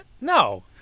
no